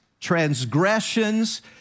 transgressions